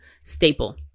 staple